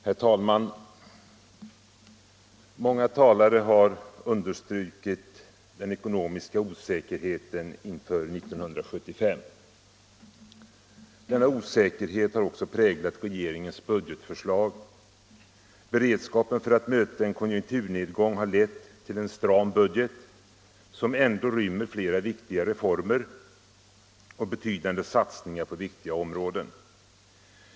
Herr talman! Många talare har understrukit den ekonomiska osäkerheten inför 1975. Denna osäkerhet har också präglat regeringens budgetförslag. Beredskapen för att möta en konjunkturnedgång har lett till en stram budget, som ändå rymmer flera viktiga reformer och betydande satsningar på väsentliga områden.